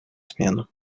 смену